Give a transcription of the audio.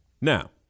Now